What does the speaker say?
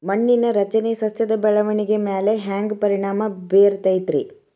ಮಣ್ಣಿನ ರಚನೆ ಸಸ್ಯದ ಬೆಳವಣಿಗೆ ಮ್ಯಾಲೆ ಹ್ಯಾಂಗ್ ಪರಿಣಾಮ ಬೇರತೈತ್ರಿ?